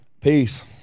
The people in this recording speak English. peace